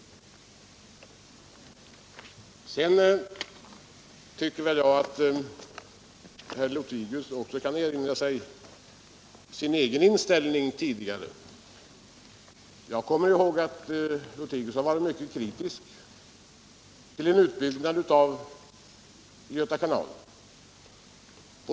Vidare tycker jag att herr Lothigius också kan erinra sig sin egen inställning tidigare. Jag kommer ihåg att herr Lothigius varit mycket kritisk till en utbyggnad av Göta kanal.